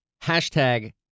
Hashtag